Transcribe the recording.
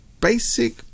basic